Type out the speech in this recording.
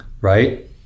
right